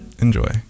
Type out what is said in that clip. Enjoy